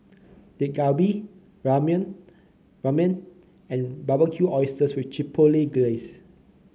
Dak Galbi Ramen Ramen and Barbecued Oysters with Chipotle Glaze